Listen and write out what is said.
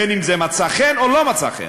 בין שזה מצא חן או לא מצא חן.